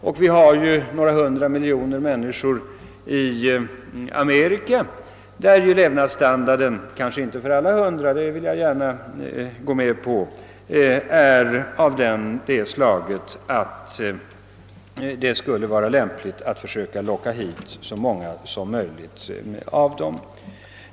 I Amerika lever några hundra miljoner människor, men jag erkänner att levnadsstandarden inte är av det slaget för alla dessa människor att det skulle löna sig att försöka få hit dem som turister.